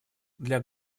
для